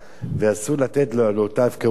ואסור לתת לאותה הפקרות להימשך.